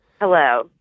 Hello